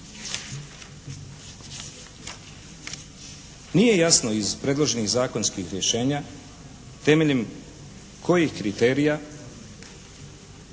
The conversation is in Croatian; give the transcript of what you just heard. Nije jasno iz predloženih zakonskih rješenja temeljem kojih kriterija